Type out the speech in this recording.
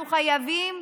אנחנו חייבים,